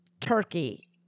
Turkey